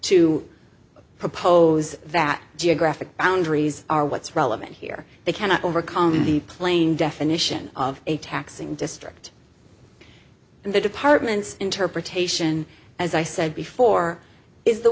to propose that geographic boundaries are what's relevant here they cannot overcome the plain definition of a taxing destruct and the department's interpretation as i said before is the